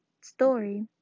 story